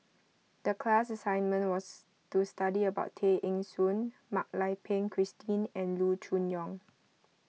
the class assignment was to study about Tay Eng Soon Mak Lai Peng Christine and Loo Choon Yong